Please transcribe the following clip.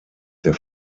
der